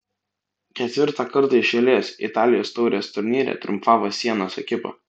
ketvirtą kartą iš eilės italijos taurės turnyre triumfavo sienos ekipa